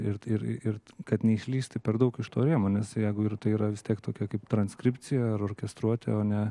ir ir ir kad neišlįstų per daug iš to rėmo nes jeigu ir tai yra vis tiek tokia kaip transkripcija orkestruotė o ne